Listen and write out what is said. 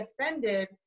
offended